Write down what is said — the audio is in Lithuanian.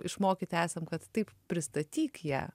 išmokyti esam kad taip pristatyk ją